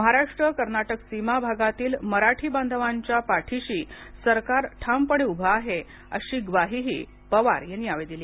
महाराष्ट्र कर्नाटक सीमा भागातील मराठी बांधवांच्या पाठीशी सरकार ठामपणे उभं आहे अशी ग्वाही पवार यांनी दिली